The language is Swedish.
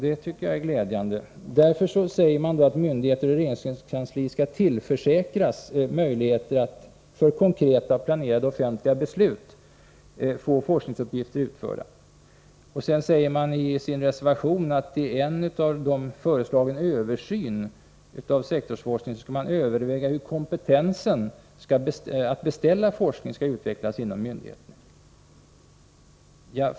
Det tycker jag är glädjande. Därför säger man att myndigheter och regeringskansliet skall tillförsäkras möjligheter att för konkreta”och planerade offentliga beslut få forsknings — Nr 166 uppgifter utförda. Senare säger moderaterna i sin reservation att i en av dem föreslagen översyn av sektorsforskningen skall man överväga hur kompetensen att beställa forskning skall utvecklas inom myndigheterna.